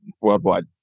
Worldwide